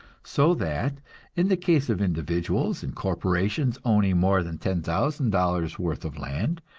so that in the case of individuals and corporations owning more than ten thousand dollars' worth of land,